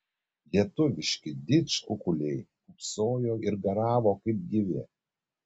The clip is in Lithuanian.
lietuviški didžkukuliai pūpsojo ir garavo kaip gyvi